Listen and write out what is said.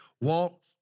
walk